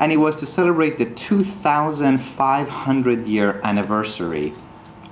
and it was to celebrate the two thousand five hundred year anniversary